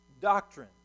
doctrine